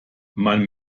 man